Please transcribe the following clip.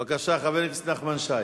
בבקשה, חבר הכנסת נחמן שי.